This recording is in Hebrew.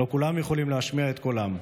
לא כולם יכולים להשמיע את קולם.